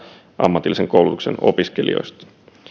ammatillisen koulutuksen opiskelijoista